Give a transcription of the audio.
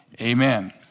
Amen